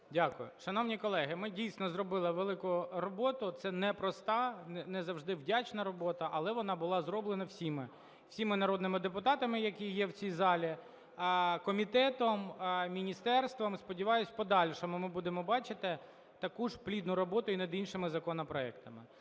Дякую. Шановні колеги, ми дійсно зробили велику роботу. Це непроста, не завжди вдячна робота, але вона була зроблена всіма, всіма народними депутатами, які є в цій залі, комітетом, міністерством. І сподіваюсь, в подальшому ми будемо бачити таку ж плідну роботу і над іншими законопроектами.